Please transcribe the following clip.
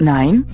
Nein